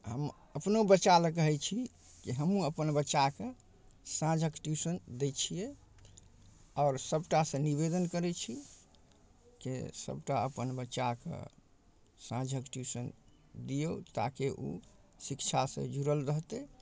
हम अपनो बच्चा लेल कहै छी कि हमहूँ अपन बच्चाकेँ साँझक ट्यूशन दै छियै आओर सभटासँ निवेदन करै छी जे सभटा अपन बच्चाके साँझक ट्यूशन दियौ ताकि ओ शिक्षासँ जुड़ल रहतै